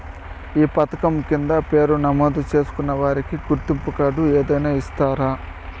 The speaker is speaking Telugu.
ఈ పథకం కింద పేరు నమోదు చేసుకున్న వారికి గుర్తింపు కార్డు ఏదైనా ఇస్తారా?